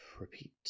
Repeat